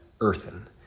earthen